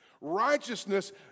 Righteousness